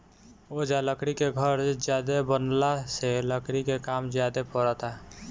ओजा लकड़ी के घर ज्यादे बनला से लकड़ी के काम ज्यादे परता